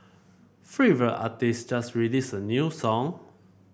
favourite artist just released a new song